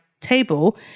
table